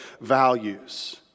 values